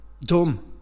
dumb